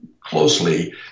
closely